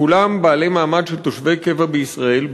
כולם בעלי מעמד של תושבי קבע בישראל,